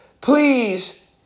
please